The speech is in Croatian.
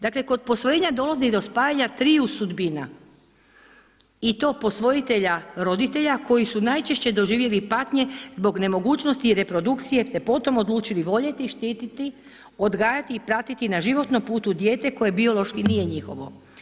Dakle kod posvojenja dolazi do spajanja triju sudbina i to posvojitelja roditelja koji su najčešće doživjeli patnje zbog nemogućnosti i reprodukcije te potom odlučili voljeti, štititi, odgajati i pratiti na životnom putu dijete koje biološki nije njihovo.